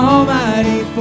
Almighty